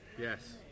Yes